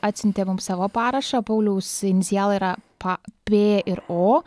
atsiuntė mums savo parašą pauliaus inicialai yra pa p ir o